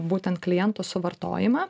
būtent klientų suvartojimą